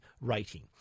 rating